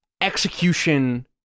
execution